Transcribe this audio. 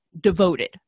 devoted